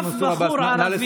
אף בחור ערבי,